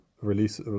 Release